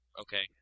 okay